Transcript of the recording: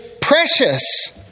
precious